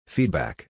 Feedback